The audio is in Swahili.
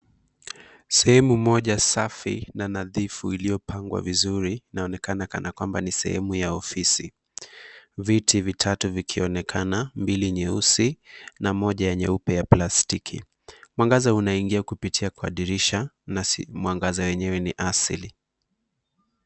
Sehemu moja safi na nadhifu iliyopambwa vizuri inaonekana kana kwamba ni sehemu ya ofisi. Viti vitatu vikionekana mbili nyeusi na moja ya nyeupe ya plastiki. Mwangaza unaingia kupitia kwa dirisha na mwangaza yenyewe ni asili.